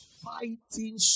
fighting